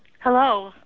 Hello